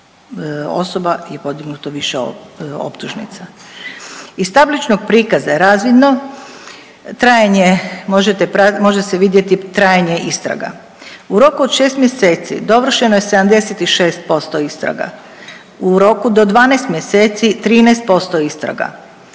osoba je podignuto više optužnica. Iz tabličnog prikaza je razvidno trajanje može se vidjeti trajanje istraga. U roku od šest mjeseci dovršeno je 76% istraga. U roku do 12 mjeseci 13% istraga.